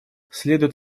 следует